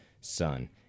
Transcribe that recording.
son